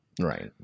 Right